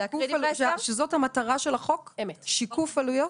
שזאת המטרה של החוק, שיקוף עלויות?